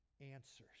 answers